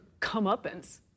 comeuppance